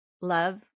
love